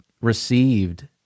received